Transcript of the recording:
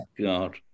God